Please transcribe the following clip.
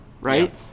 right